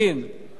אני יכול לרדת?